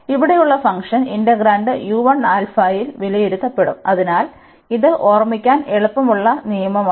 ഇവിടെയുള്ള function integrand ൽ വിലയിരുത്തപ്പെടും അതിനാൽ ഇത് ഓർമിക്കാൻ എളുപ്പമുള്ള നിയമമാണ്